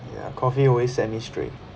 ya coffee always set me straight